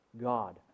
God